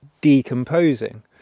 decomposing